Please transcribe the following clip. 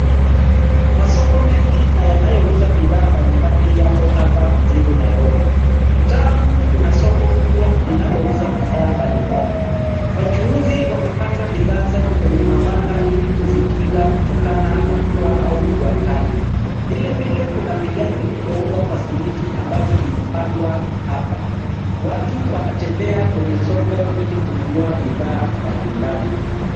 Masoko mengi na yanayouza bidhaa mbalimbali yapo hapa mjini Nairobi. Mtaa huu una soko kubwa linalouza bidhaa mbalimbali . Wachuuzi wamepanga bidhaa zao kwenye mabanda ili kuzikinga kutokana na mvua au jua Kali. Vilevile kuna vigae vilivyoundwa kwa simiti ambayo vimepangwa hapa. Watu wanatembea kwenye solo ili kununua bidhaa mbalimbali.